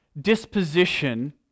disposition